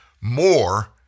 more